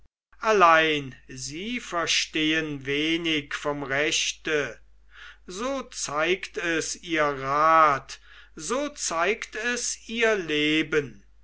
allein sie verstehen wenig vom rechte so zeigt es ihr rat so zeigt es ihr leben